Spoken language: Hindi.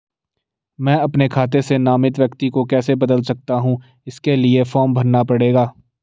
मैं अपने खाते से नामित व्यक्ति को कैसे बदल सकता हूँ इसके लिए फॉर्म भरना पड़ेगा?